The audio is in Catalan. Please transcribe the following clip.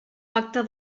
pacte